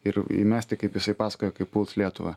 ir įmesti kaip jisai pasakoja kaip puls lietuvą